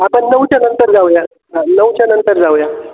आपण नऊच्या नंतर जाऊया नऊच्या नंतर जाऊया